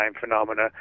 phenomena